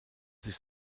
sich